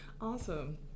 Awesome